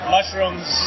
Mushrooms